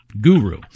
guru